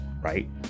right